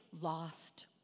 lost